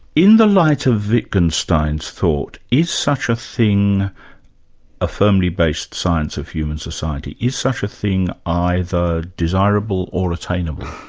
in the light of wittgenstein's thought, is such a thing a firmly based science of human society is such a thing, either desirable or attainable?